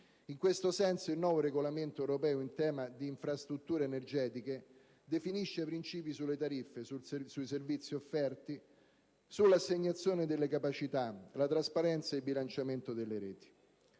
In questo senso il nuovo regolamento europeo in tema di infrastrutture energetiche definisce principi sulle tariffe, sui servizi offerti, sull'assegnazione della capacità, la trasparenza e il bilanciamento delle reti.